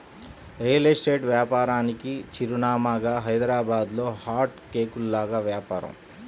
real estate వ్యాపారానికి చిరునామాగా హైదరాబాద్లో హాట్ కేకుల్లాగా వ్యాపారం